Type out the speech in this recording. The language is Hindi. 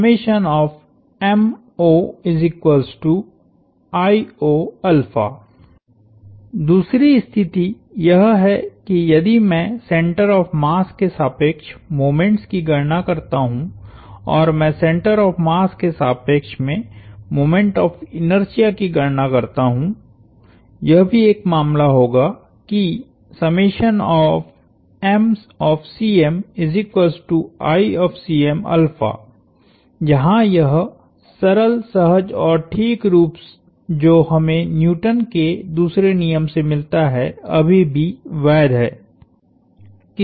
दूसरी स्थिति यह है कि यदि मैं सेंटर ऑफ़ मास के सापेक्ष मोमेंट्स की गणना करता हूं और मैं सेंटर ऑफ़ मास के सापेक्ष में मोमेंट ऑफ़ इनर्शिया की गणना करता हूंयह भी एक मामला होगा कि जहां यह सरल सहज और ठीक रूप जो हमें न्यूटन के दूसरे नियम से मिलता है अभी भी वैध है